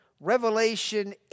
Revelation